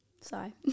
sorry